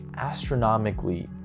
astronomically